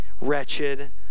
wretched